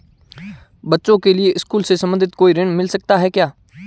बच्चों के लिए स्कूल से संबंधित कोई ऋण मिलता है क्या?